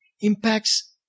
impacts